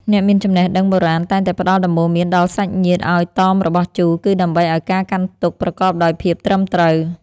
អ្នកមានចំណេះដឹងបុរាណតែងតែផ្តល់ដំបូន្មានដល់សាច់ញាតិឱ្យតមរបស់ជូរ គឺដើម្បីឱ្យការកាន់ទុក្ខប្រកបដោយភាពត្រឹមត្រូវ។